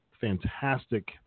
fantastic